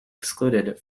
excluded